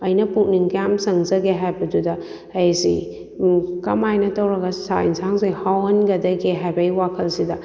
ꯑꯩꯅ ꯄꯨꯛꯅꯤꯡ ꯀꯌꯥꯝ ꯆꯧꯖꯒꯦ ꯍꯥꯏꯕꯗꯨꯗ ꯑꯩꯁꯤ ꯀꯃꯥꯏꯅ ꯇꯧꯔꯒ ꯆꯥꯛ ꯌꯦꯟꯁꯥꯡꯁꯤ ꯍꯥꯎꯍꯟꯒꯗꯒꯦ ꯍꯥꯏꯕꯒꯤ ꯋꯥꯈꯜꯁꯤꯗ